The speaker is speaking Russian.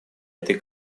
этой